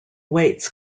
weights